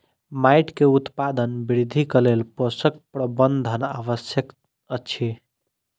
माइट के उत्पादन वृद्धिक लेल पोषक प्रबंधन आवश्यक अछि